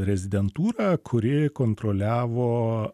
rezidentūra kuri kontroliavo